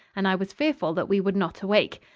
and i was fearful that we would not awake.